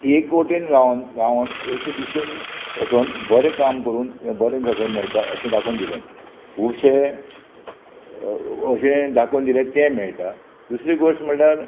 एकवटेन रावन रावन एक दिशेन वसोन बरें काम करून बरें सगळें मेळटा अशें दाखोवन दिलें खुबशें अशें दाखोवन दिलें तें मेळटा दुसरी गोश्ट म्हणल्यार